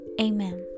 Amen